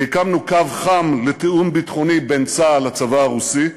והקמנו קו חם לתיאום ביטחוני בין צה"ל לצבא הרוסי,